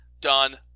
done